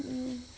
ମୁୁଁ